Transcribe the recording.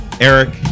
Eric